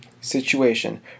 Situation